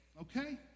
okay